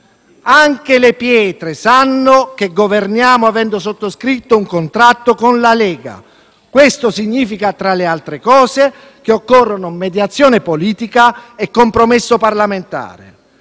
Anche le pietre sanno che governiamo avendo sottoscritto un contratto con la Lega: questo significa, tra le altre cose, che occorrono mediazione politica e compromesso parlamentare.